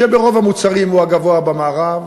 שברוב המוצרים הוא הגבוה במערב,